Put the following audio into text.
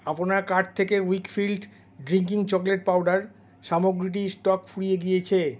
আপনার কার্ট থেকে Weikfield drinking chocolate powder সামগ্রীটির স্টক ফুরিয়ে গিয়েছে